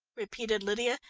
repeated lydia,